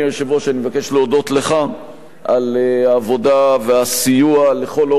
אני מבקש להודות לך על העבודה והסיוע לכל אורך הדרך,